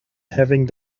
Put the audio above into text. having